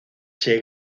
che